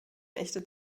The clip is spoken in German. echte